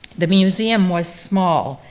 the museum was small,